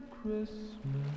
Christmas